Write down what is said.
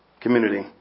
community